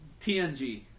TNG